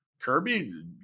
Kirby